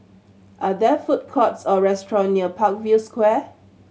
are there food courts or restaurant near Parkview Square